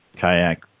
kayak